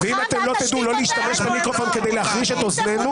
-- ואם אתם לא תדעו לא להשתמש במיקרופון כדי להחריש את אוזנינו,